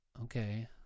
okay